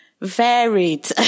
varied